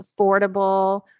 affordable